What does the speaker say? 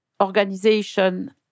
organization